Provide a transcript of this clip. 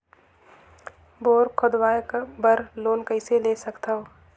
Bore खोदवाय बर loan कइसे ले सकथव?